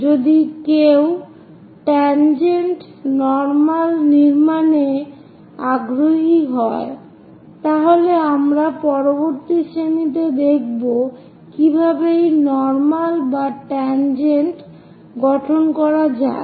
যদি কেউ tangent normal নির্মাণে আগ্রহী হয় তাহলে আমরা পরবর্তী শ্রেণীতে দেখব কিভাবে এই নর্মাল এবং ট্যানজেন্ট গঠন করা যায়